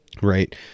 right